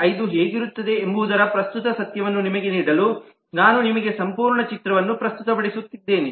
5 ಹೇಗಿರುತ್ತದೆ ಎಂಬುದರ ಪ್ರಸ್ತುತ ಸತ್ಯವನ್ನು ನಿಮಗೆ ನೀಡಲು ನಾನು ನಿಮಗೆ ಸಂಪೂರ್ಣ ಚಿತ್ರವನ್ನು ಪ್ರಸ್ತುತಪಡಿಸುತ್ತಿದ್ದೇನೆ